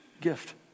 gift